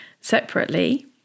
separately